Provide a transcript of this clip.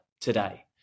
today